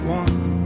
one